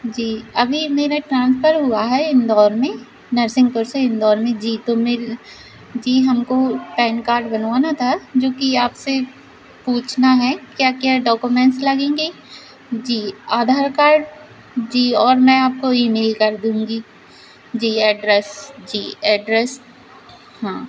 जी अभी मेरा ट्रान्सफर हुआ है इंदौर में नरसिंगपुर से इंदौर में जी तो मे जी हमको पैन कार्ड बनवाना था जोकि आपसे पूछना है क्या क्या डॉकोमेन्स लगेंगे जी आधार कार्ड जी और मैं आपको ईमेल कर दूँगी जी एड्रेस जी एड्रेस हाँ